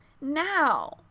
Now